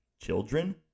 children